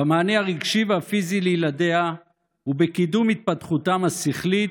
במענה הרגשי והפיזי לילדיה ובקידום התפתחותם השכלית,